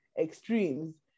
extremes